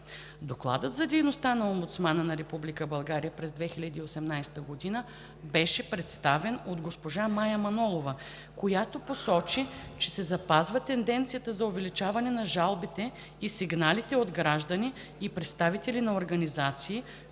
Докладът за дейността на Омбудсмана на Република България през 2018 г. беше представен от госпожа Мая Манолова, която посочи, че се запазва тенденцията за увеличаване на жалбите и сигналите от граждани и представители на организации,